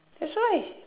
that's why